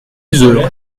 yzeure